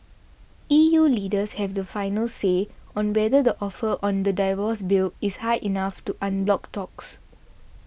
E U leaders have the final say on whether the offer on the divorce bill is high enough to unblock talks